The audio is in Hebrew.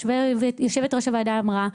יושבת ראש הוועדה אמרה,